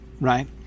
right